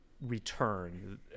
return